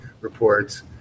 reports